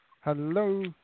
Hello